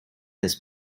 his